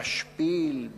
משפיל,